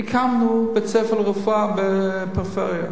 הקמנו בית-ספר לרפואה בפריפריה.